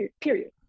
period